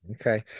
okay